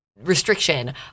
restriction